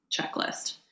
checklist